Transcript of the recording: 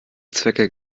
zwecke